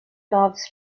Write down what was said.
loves